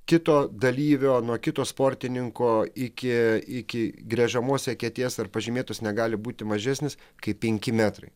kito dalyvio nuo kito sportininko iki iki gręžiamos eketės ar pažymėtos negali būti mažesnis kaip penki metrai